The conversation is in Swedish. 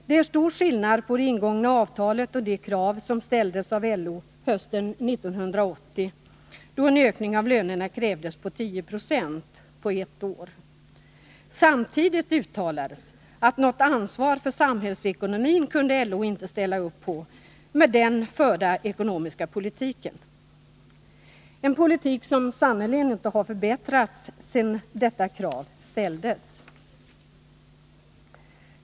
Det är stor skillnad på det ingångna avtalet och de krav som ställdes av LO hösten 1980. Då krävdes en ökning av lönerna med 10 96 på ett år. Samtidigt uttalades att LO inte kunde ställa upp på något ansvar för samhällsekonomin med tanke på den förda ekonomiska politiken. Den politiken har sannerligen inte förbättrats sedan dessa krav ställdes.